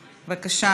בבקשה,